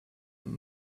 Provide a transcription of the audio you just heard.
and